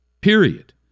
Period